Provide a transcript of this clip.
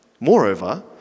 Moreover